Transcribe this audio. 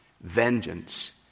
vengeance